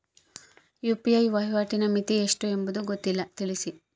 UPI ವಹಿವಾಟಿನ ಮಿತಿ ಎಷ್ಟು ಎಂಬುದು ಗೊತ್ತಿಲ್ಲ? ತಿಳಿಸಿ?